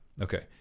Okay